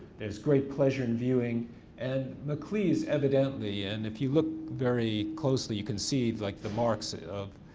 there's great pleasure in viewing and maclise, evidently, and if you look very closely you can see like the marks of